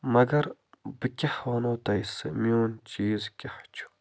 مگر بہٕ کیٛاہ وَنَو تۄہہِ سُہ میون چیٖز کیٛاہ چھُ